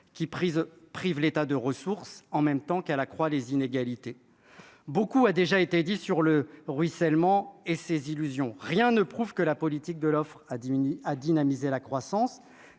prise prive l'État de ressources en même temps qu'elle accroît les inégalités, beaucoup a déjà été dit sur le ruissellement et ses illusions, rien ne prouve que la politique de l'offre à diminué à dynamiser la croissance